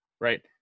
right